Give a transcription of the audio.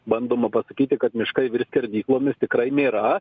bandoma pasakyti kad miškai virs skerdyklomis tikrai nėra